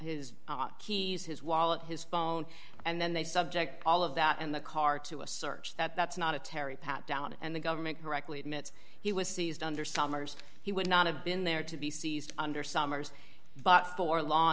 his keys his wallet his phone and then they subject all of that in the car to a search that that's not a terry pat down and the government correctly admits he was seized under summers he would not have been there to be seized under summers but for law